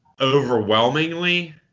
Overwhelmingly